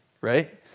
right